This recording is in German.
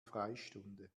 freistunde